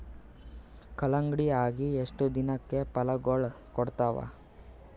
ಕಲ್ಲಂಗಡಿ ಅಗಿ ಎಷ್ಟ ದಿನಕ ಫಲಾಗೋಳ ಕೊಡತಾವ?